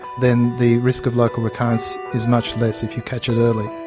then the risk of local recurrence is much less if you catch it early.